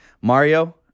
Mario